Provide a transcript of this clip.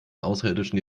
außerirdischen